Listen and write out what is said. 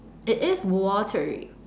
it is watery